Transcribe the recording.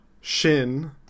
shin